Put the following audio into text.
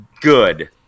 good